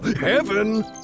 Heaven